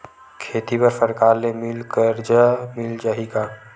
खेती बर सरकार ले मिल कर्जा मिल जाहि का?